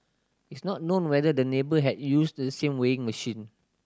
it's not known whether the neighbour had used the same weighing machine